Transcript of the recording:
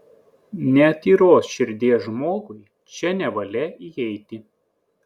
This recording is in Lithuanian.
netyros širdies žmogui čia nevalia įeiti